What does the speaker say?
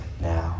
now